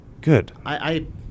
Good